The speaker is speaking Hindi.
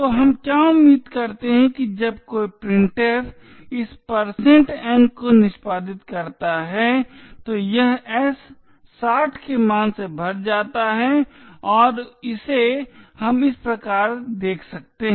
तो हम क्या उम्मीद करते हैं कि जब कोई printf इस n को निष्पादित करता है तो यह s 60 के मान से भर जाता है और इसे हम इस प्रकार देख सकते हैं